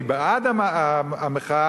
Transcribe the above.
ואני בעד המחאה,